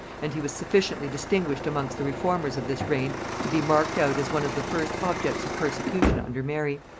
and he was sufficiently distinguished amongst the reformers of this reign to be marked out as one of the first objects of persecution under mary.